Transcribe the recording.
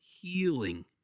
healing